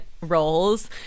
roles